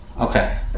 Okay